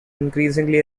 increasingly